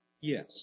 Yes